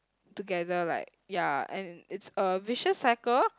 together like ya and it's a vicious cycle